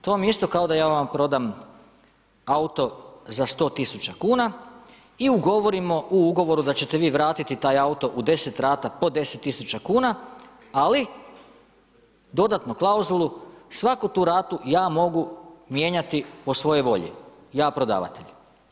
To vam je isto kao da ja vama prodam auto za 100 tisuća kuna i ugovorimo u ugovoru da ćete vi vratiti taj auto u 10 rata po 10 tisuća kuna, ali dodatnu klauzulu svaku tu ratu ja mogu mijenjati po svojoj volji ja prodavatelj.